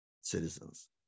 citizens